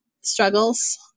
struggles